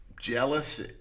jealous